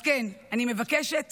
אז כן, אני מבקשת